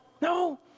No